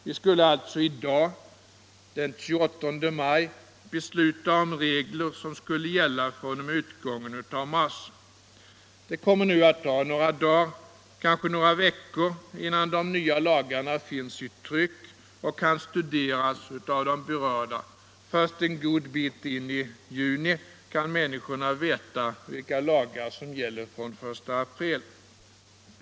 Vi skulle alltså i dag, den 28 maj, besluta om regler som skulle gälla fr.o.m. utgången av mars. Men det kommer att ta några dagar, kanske några veckor, innan de nya lagarna finns i tryck och kan studeras av de berörda. Först en god bit in i juni skulle människor kunna veta vilka lagar som gäller från den 1 april.